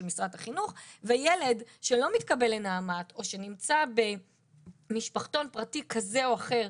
משרד החינוך וילד שלא מתקבל לנעמ"ת או שנמצא במשפחתון פרטי כזה או אחר,